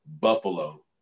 Buffalo